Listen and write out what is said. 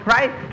Right